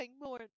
more